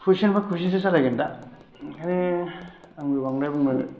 कुइस'ननिफ्राय कुइस'नसो सोंलायगोन दा ओंखायनो आंबो बांद्राय बुंनो